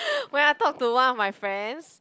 when I talk to one of my friends